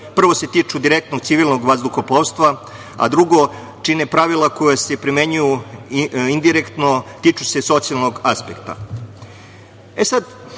Prvi se tiču direktnog civilnog vazduhoplovstva, a drugo čine pravila koja se primenjuju indirektno, tiču se socijalnog apsekta. Ono